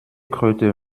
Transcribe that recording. kröte